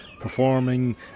performing